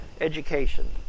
education